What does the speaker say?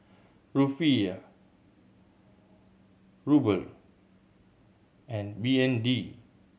Rufiyaa Ruble and B N D